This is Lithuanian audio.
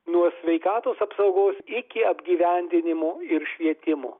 nuo sveikatos apsaugos iki apgyvendinimo ir švietimo